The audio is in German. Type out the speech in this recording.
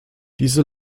diese